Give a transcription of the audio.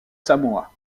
samoa